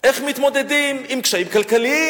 איך מתמודדים עם קשיים כלכליים.